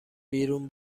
بیرون